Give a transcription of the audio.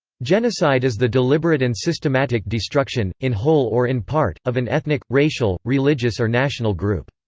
genocide is the deliberate and systematic destruction, in whole or in part, of an ethnic, racial, religious or national group.